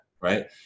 right